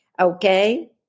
Okay